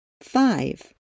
Five